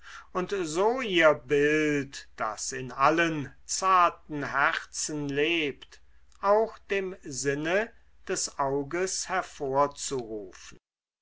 und so ihr bild das in allen zarten herzen lebt auch dem sinne des auges hervorzurufen